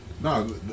No